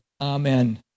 Amen